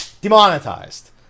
demonetized